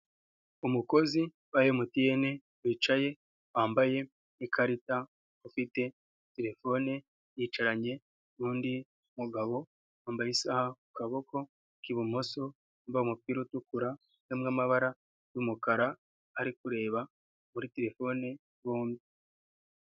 Umukozi wa MTN wicaye wambaye ikarita, ufite telefone. Yicaranye n'undi mugabo wambaye isaha ku kaboko k'ibumoso, wambaye umupira utukura ufitemo amabara y'umukara bari kureba kuri telefone bombi.